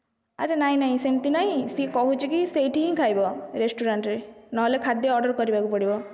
ଆରେ ନାଇ ନାଇ ସେମିତି ନାଇ ସିଏ ମତେ କହୁଛି ହିଁ ସେଇଠି ହିଁ ଖାଇବ ରେଷ୍ଟୁରାଣ୍ଟ୍ରେ ନହେଲେ ଖାଦ୍ୟ ଅର୍ଡ଼ର୍ କରିବାକୁ ପଡ଼ିବ